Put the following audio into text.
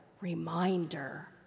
reminder